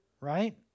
right